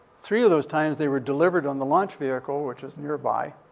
three of those times, they were delivered on the launch vehicle, which was nearby.